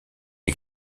est